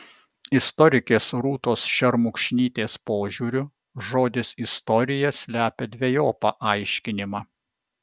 istorikės rūtos šermukšnytės požiūriu žodis istorija slepia dvejopą aiškinimą